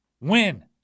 Win